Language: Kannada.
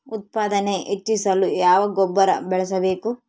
ಉತ್ಪಾದನೆ ಹೆಚ್ಚಿಸಲು ಯಾವ ಗೊಬ್ಬರ ಬಳಸಬೇಕು?